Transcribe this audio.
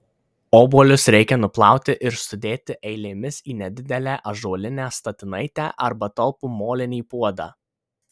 obuolius reikia nuplauti ir sudėti eilėmis į nedidelę ąžuolinę statinaitę arba talpų molinį puodą